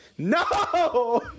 No